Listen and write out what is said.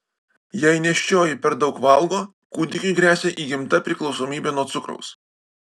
jei nėščioji per daug valgo kūdikiui gresia įgimta priklausomybė nuo cukraus